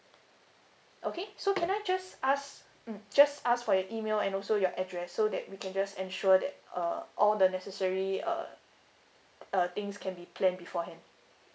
okay so can I just ask mm just ask for your email and also your address so that we can just ensure that uh all the necessary uh uh things can be plan beforehand